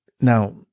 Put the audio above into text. Now